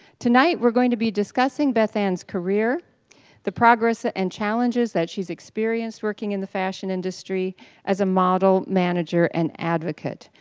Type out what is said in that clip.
tonight we're going to be discussing bethann's career the progress ah and challenges that she's experienced working in the fashion industry as a model, manager, and advocate.